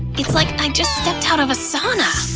it's like i just stepped out of a sauna!